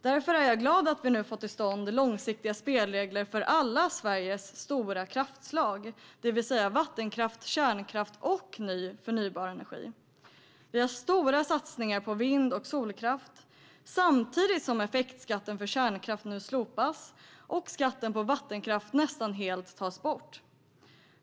Därför är jag glad över att vi nu fått till stånd långsiktiga spelregler för Sveriges alla stora kraftslag, det vill säga vattenkraft, kärnkraft och ny förnybar energi. Vi har stora satsningar på vind och solkraft samtidigt som effektskatten för kärnkraft nu slopas och skatten på vattenkraft nästan helt tas bort.